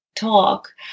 talk